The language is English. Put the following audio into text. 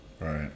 Right